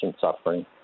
suffering